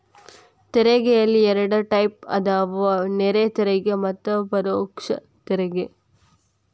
ತೆರಿಗೆಯಲ್ಲಿ ಎರಡ್ ಟೈಪ್ ಅದಾವ ನೇರ ತೆರಿಗೆ ಮತ್ತ ಪರೋಕ್ಷ ತೆರಿಗೆ